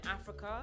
Africa